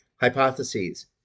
Hypotheses